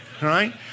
right